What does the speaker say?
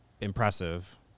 impressive